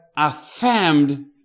affirmed